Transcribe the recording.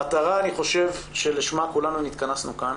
המטרה שלשמה כולנו נתכנסנו כאן